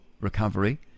Recovery